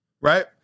right